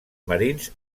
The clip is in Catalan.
marins